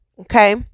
Okay